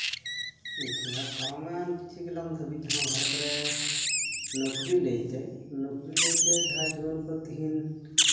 ᱡᱟ ᱯᱟᱨᱚᱢᱮᱱ ᱠᱤᱪᱷᱩ ᱜᱮᱞᱟᱱ ᱫᱷᱟᱹᱵᱤᱡ ᱡᱟᱦᱟᱸ ᱵᱷᱟᱨᱚᱛ ᱨᱮ ᱱᱚᱠᱨᱤ ᱞᱟᱹᱭᱛᱮ ᱡᱟᱦᱟᱸᱭ ᱡᱩᱣᱟᱹᱱ ᱠᱚ ᱛᱮᱦᱤᱧ